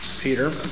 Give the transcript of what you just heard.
Peter